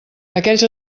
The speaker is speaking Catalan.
aquells